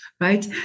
Right